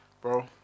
Bro